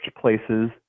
places